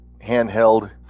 handheld